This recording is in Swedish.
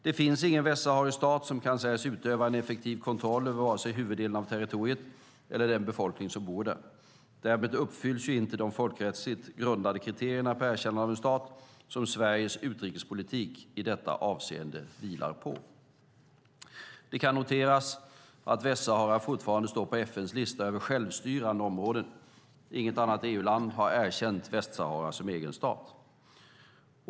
Det finns ingen västsaharisk stat som kan sägas utöva en effektiv kontroll över vare sig huvuddelen av territoriet eller den befolkning som bor där. Därmed uppfylls inte de folkrättsligt grundade kriterier på erkännande av en stat som Sveriges utrikespolitik i detta avseende vilar på. Det kan noteras att Västsahara fortfarande står på FN:s lista över självstyrande områden. Inget annat EU-land har erkänt Västsahara som en egen stat.